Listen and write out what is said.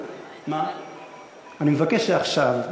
אני מבקש שעכשיו,